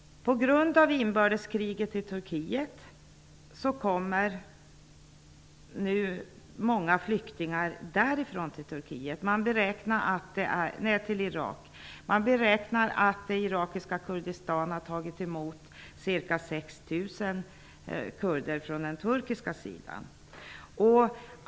På grund av inbördeskriget i Turkiet kommer nu många flyktingar därifrån till Irak. Man beräknar att det irakiska Kurdistan har tagit emot ca 6 000 kurder från den turkiska sidan.